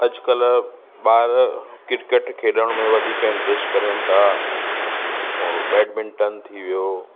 अॼुकल्ह ॿार क्रिकेट खेॾण में वधीक इंट्रस्ट करनि था और बैडमिंटन थी वियो